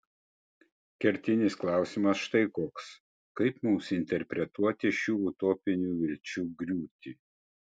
kertinis klausimas štai koks kaip mums interpretuoti šių utopinių vilčių griūtį